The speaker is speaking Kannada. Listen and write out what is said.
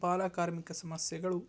ಬಾಲಕಾರ್ಮಿಕ ಸಮಸ್ಯೆಗಳು